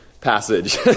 Passage